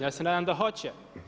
Ja se nadam da hoće.